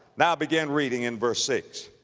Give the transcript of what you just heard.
now begin reading in verse six,